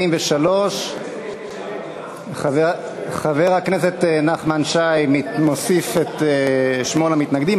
43. חבר הכנסת נחמן שי מוסיף את שמו למתנגדים,